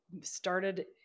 started